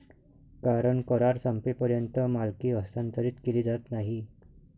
कारण करार संपेपर्यंत मालकी हस्तांतरित केली जात नाही